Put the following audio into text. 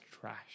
trash